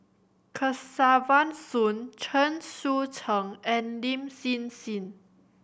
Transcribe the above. Kesavan Soon Chen Sucheng and Lin Hsin Hsin